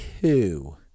two